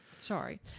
Sorry